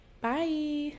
Bye